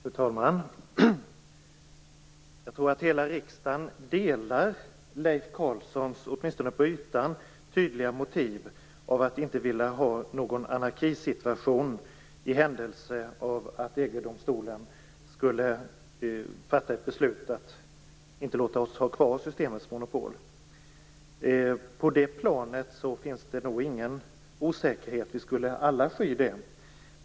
Fru talman! Jag tror att hela riksdagen delar Leif Carlsons, åtminstone på ytan, tydliga motiv, att man inte vill ha någon anarkisituation i händelse av att EG domstolen skulle fatta ett beslut om att inte låta oss ha kvar Systembolagets monopol. På det planet finns det nog ingen osäkerhet. Vi skulle alla sky det.